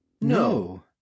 no